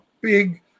big